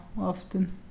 often